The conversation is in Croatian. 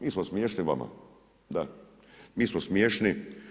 Mi smo smiješni vama, da mi smo smiješni.